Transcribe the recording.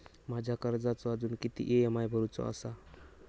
माझ्या कर्जाचो अजून किती ई.एम.आय भरूचो असा?